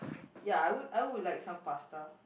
ya I would I would like some pasta